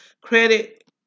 credit